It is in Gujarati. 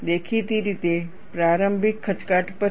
દેખીતી રીતે પ્રારંભિક ખચકાટ પછી